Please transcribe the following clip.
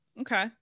okay